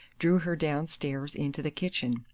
drew her downstairs into the kitchen.